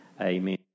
Amen